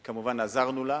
כמובן, עזרנו לה,